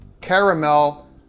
caramel